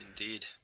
Indeed